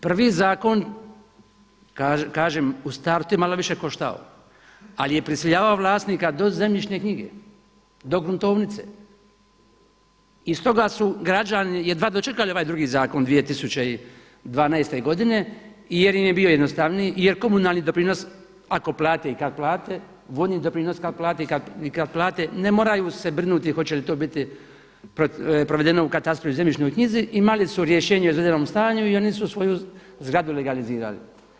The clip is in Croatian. Prvi zakon kažem u startu je malo više koštao, ali je prisiljavao vlasnika do zemljišne knjige, do gruntovnice i stoga su građani jedva dočekali ovaj drugi zakon 2012. godine jer im je bio jednostavniji, jer komunalni doprinos ako plate i kada plate, vodni doprinos ako plate i kad plate ne moraju se brinuti hoće li to biti provedeno u katastru i zemljišnoj knjizi imali su rješenje o izvedenom stanju i oni su svoju zgradu legalizirali.